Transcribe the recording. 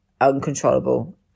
uncontrollable